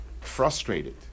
frustrated